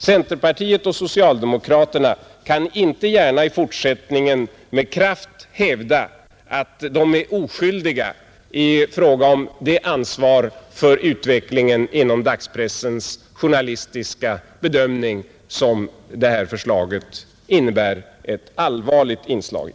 Centerpartiet och socialdemokraterna kan inte gärna i fortsättningen med kraft hävda att de är oskyldiga i fråga om det ansvar för utvecklingen inom dagspressens journalistiska bedömning som detta förslag innebär ett allvarligt inslag i.